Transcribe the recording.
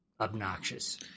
obnoxious